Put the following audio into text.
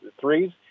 threes